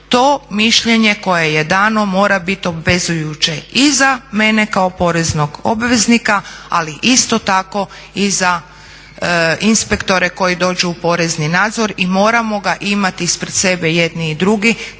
to mišljenje koje je dano mora bit obvezujuće i za mene kao poreznog obveznika, ali isto tako i za inspektore koji dođu u porezni nadzor i moramo ga imat ispred sebe jedni i drugi